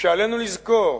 שעלינו לזכור,